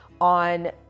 on